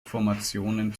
formationen